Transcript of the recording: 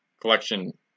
collection